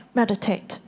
meditate